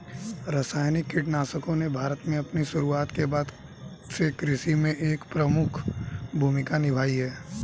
रासायनिक कीटनाशकों ने भारत में अपनी शुरुआत के बाद से कृषि में एक प्रमुख भूमिका निभाई है